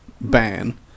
ban